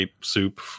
soup